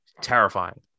Terrifying